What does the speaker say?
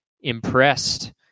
impressed